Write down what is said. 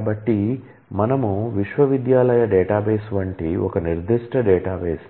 కాబట్టి మనము విశ్వవిద్యాలయ డేటాబేస్ వంటి ఒక నిర్దిష్ట డేటాబేస్